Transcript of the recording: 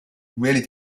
really